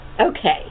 Okay